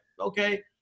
okay